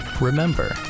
remember